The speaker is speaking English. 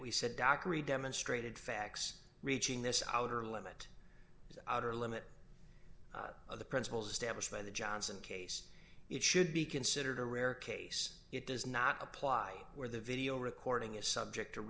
dockery demonstrated facts reaching this outer limit outer limit of the principles stablish by the johnson case it should be considered a rare case it does not apply where the video recording is subject to